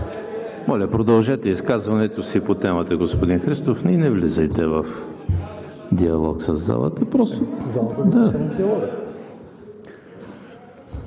Моля, продължете изказването си по темата, господин Христов, и не влизайте в диалог със залата.